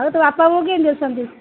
ଆଉ ତୋ ବାପା ବୋଉ କେମିତି ଅଛନ୍ତି